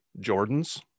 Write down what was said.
Jordans